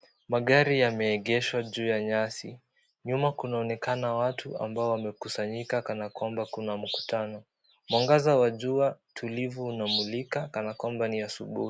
Magari yameegeshwa juu ya nyasi, nyuma kunaonekana watu ambao wamekusanyika kana kwamba kuna mkutano mwangaza wa jua tulivu unamulika, kana kwamba ni asubuhi